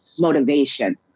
motivation